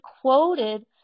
quoted